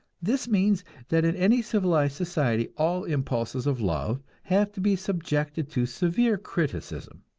this means that in any civilized society all impulses of love have to be subjected to severe criticism.